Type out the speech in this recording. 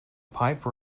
pipe